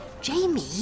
Jamie